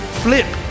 flip